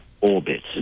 orbit